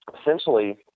essentially